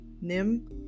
Nim